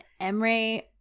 Emre